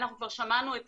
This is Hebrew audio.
אנחנו כבר שמענו את